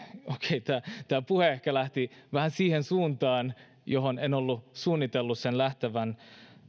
okei tämä puhe ehkä lähti vähän siihen suuntaan johon en ollut suunnitellut sen lähtevän